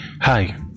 hi